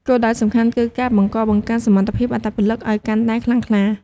គោលដៅសំខាន់គឺ ការបន្តបង្កើនសមត្ថភាពអត្តពលិក ឲ្យកាន់តែខ្លាំងក្លា។